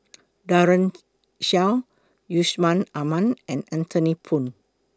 Daren Shiau Yusman Aman and Anthony Poon